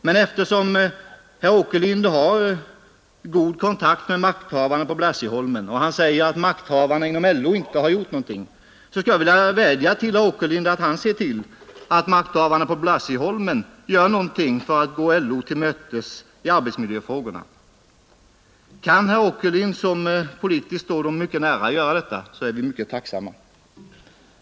Men eftersom herr Åkerlind har god kontakt med makthavarna på Blasieholmen och eftersom han säger att LO inte gjort någonting, skulle jag vilja vädja till herr Åkerlind att han ser till att makthavarna på Blasieholmen gör något för att gå LO till mötes i arbetsmiljöfrågorna. Kan herr Åkerlind, som politiskt står SAF nära, göra detta, är vi mycket tacksamma.